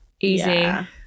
Easy